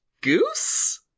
goose